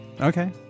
Okay